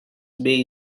bay